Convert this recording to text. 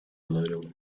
little